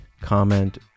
comment